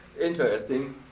interesting